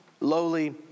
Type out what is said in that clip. lowly